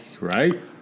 Right